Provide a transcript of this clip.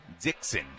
Dixon